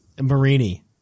Marini